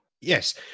Yes